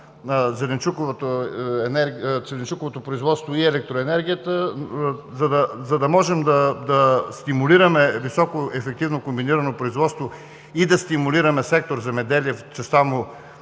на зеленчуковото производство и електроенергията, за да можем да стимулираме високоефективно комбинирано производство и да стимулираме сектор „Земеделие“ в частта му